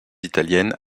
italienne